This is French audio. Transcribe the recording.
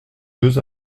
deux